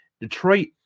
Detroit